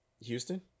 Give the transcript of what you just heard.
Houston